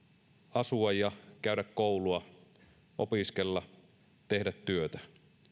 asua ja käydä koulua opiskella tehdä työtä